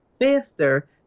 faster